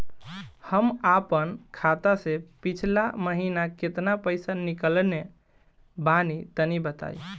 हम आपन खाता से पिछला महीना केतना पईसा निकलने बानि तनि बताईं?